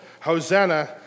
Hosanna